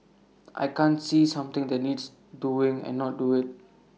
I can't see something that needs doing and not do IT